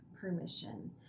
permission